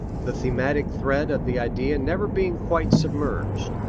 the thematic thread of the idea never being quite submerged.